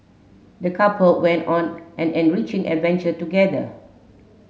the couple went on an enriching adventure together